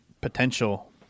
potential